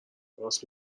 راست